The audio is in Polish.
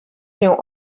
się